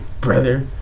brother